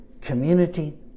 community